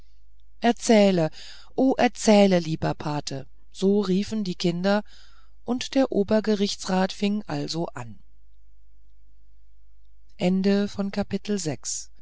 erzähle o erzähle lieber pate so riefen die kinder und der obergerichtsrat fing also an